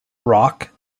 rock